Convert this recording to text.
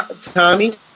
Tommy